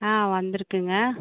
ஆ வந்துயிருக்குங்க